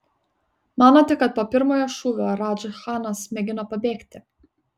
manote kad po pirmojo šūvio radža chanas mėgino pabėgti